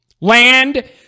Land